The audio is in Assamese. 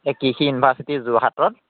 কৃষি ইউনিভাৰ্ছিটি যোৰহাটত